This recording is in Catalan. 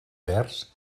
verds